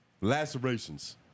Lacerations